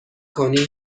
کنی